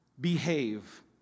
behave